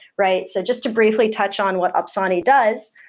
right? so just to briefly touch on what opsani does.